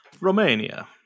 Romania